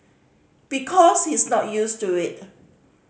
because he's not used to it